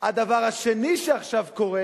הדבר השני שעכשיו קורה: